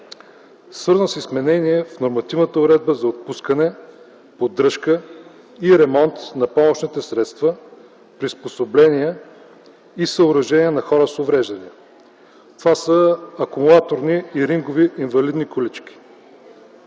свързано с изменение в Нормативната уредба за отпускане, поддръжка и ремонт на помощните средства, приспособления и съоръжения на хора с увреждания. Това са акумулаторни и рингови инвалидни колички.